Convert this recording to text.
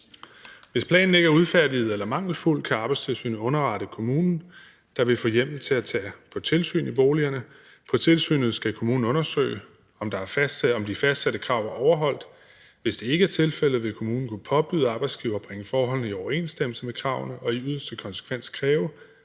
Hvis planen ikke er udfærdiget eller er mangelfuld, kan Arbejdstilsynet underrette kommunen, der vil få hjemmel til at udføre tilsyn i boligerne. Ved tilsynet skal kommunen undersøge, om de fastsatte krav er overholdt. Hvis det ikke er tilfældet, vil kommunen kunne påbyde arbejdsgiveren at bringe forholdene i overensstemmelse med kravene og i yderste konsekvens kræve,